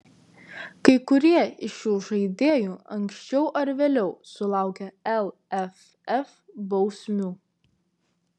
kai kurie iš šių žaidėjų anksčiau ar vėliau sulaukė lff bausmių